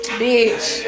bitch